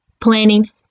planning